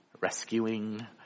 rescuing